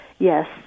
Yes